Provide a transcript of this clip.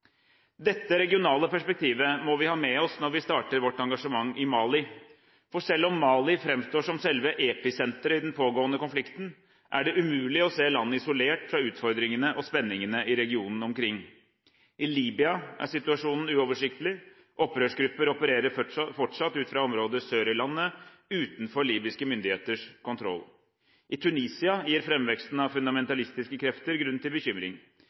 Dette regionale perspektivet må vi ha med oss når vi starter vårt engasjement i Mali. For selv om Mali fremstår som selve episenteret i den pågående konflikten, er det umulig å se landet isolert fra utfordringene og spenningene i regionen omkring. I Libya er situasjonen uoversiktlig. Opprørsgrupper opererer fortsatt ut fra områder sør i landet, utenfor libyske myndigheters kontroll. I Tunisia gir fremveksten av fundamentalistiske krefter grunn til bekymring.